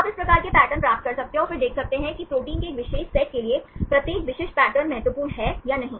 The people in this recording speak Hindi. तो आप इस प्रकार के पैटर्न प्राप्त कर सकते हैं और फिर देख सकते हैं कि प्रोटीन के एक विशेष सेट के लिए प्रत्येक विशिष्ट पैटर्न महत्वपूर्ण है या नहीं